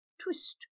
twist